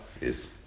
Yes